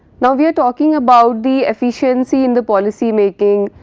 now, we are talking about the efficiency in the policy making,